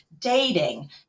dating